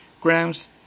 grams